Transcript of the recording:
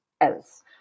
else